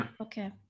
okay